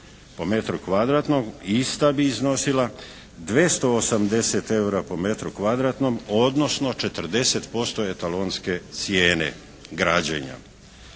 po metru kvadratnom ista bi iznosila 280 po metru kvadratnom, odnosno 40% etalonske cijene građenja.